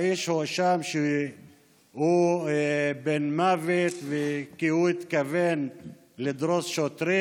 האיש הואשם שהוא בן מוות כי הוא התכוון לדרוס שוטרים.